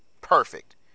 perfect